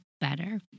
better